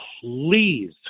Please